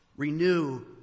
Renew